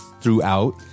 throughout